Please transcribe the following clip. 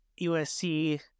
USC